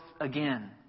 again